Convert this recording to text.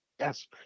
Yes